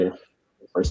first